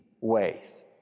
ways